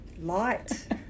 light